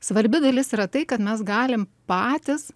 svarbi dalis yra tai kad mes galim patys